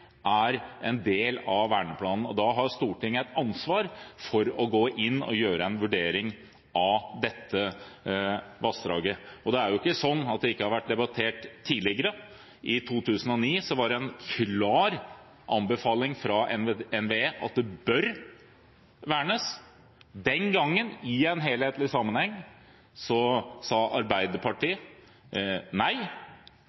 er en del av verneplanen. Da har Stortinget et ansvar for å gå inn og gjøre en vurdering av dette vassdraget. Det er ikke sånn at det ikke har vært debattert tidligere. I 2009 var det en klar anbefaling fra NVE om at det bør vernes. Den gangen – i en helhetlig sammenheng – sa Arbeiderpartiet